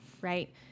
Right